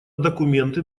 документы